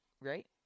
right